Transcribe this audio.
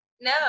No